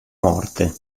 morte